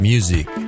music